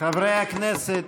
חברי הכנסת,